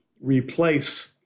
replace